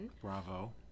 Bravo